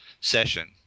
Session